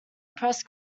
press